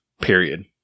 Period